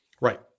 Right